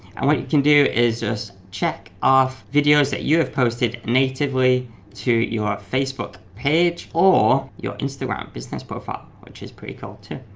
and what you can do is just check off videos that you have posted natively to your facebook page or your instagram business profile, which is pretty cool too.